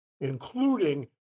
including